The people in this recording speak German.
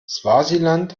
swasiland